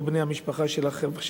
או בני המשפחה של החברים,